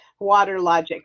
WaterLogic